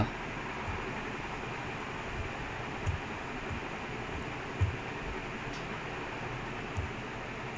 அப்பவே அவனுக்கு:appovae avanukku drug issues இருந்துச்சு:irunthuchu he got banned for one to two years of playing like suria banned him playing for one year